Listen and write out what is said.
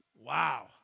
Wow